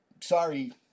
Sorry